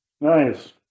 Nice